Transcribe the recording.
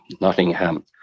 Nottingham